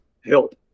help